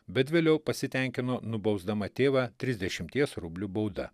bet vėliau pasitenkino nubausdama tėvą trisdešimties rublių bauda